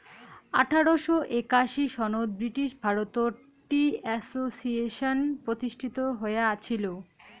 আঠারোশ একাশি সনত ব্রিটিশ ভারতত টি অ্যাসোসিয়েশন প্রতিষ্ঠিত হয়া আছিল